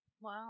Wow